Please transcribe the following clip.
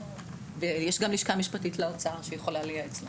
יש גם לשכה משפטית לאוצר שיכולה לייעץ לה.